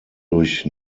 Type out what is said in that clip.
durch